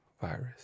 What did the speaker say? virus